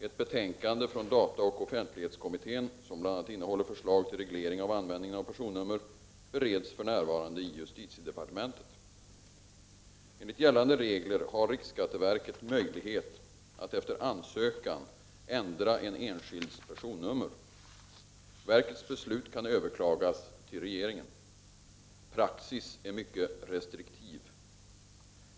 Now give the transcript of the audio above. Ett betänkande från dataoch offentlighetskommittén, som bl.a. innehåller förslag till reglering av användningen av personnummer, bereds för närvarande i justitiedepartementet. Enligt gällande regler har riksskatteverket möjlighet att efter ansökan ändra en enskilds personnummer. Verkets beslut kan överklagas till regeringen. Praxis är mycket restriktiv.